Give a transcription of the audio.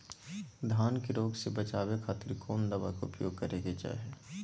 धान के रोग से बचावे खातिर कौन दवा के उपयोग करें कि चाहे?